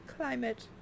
climate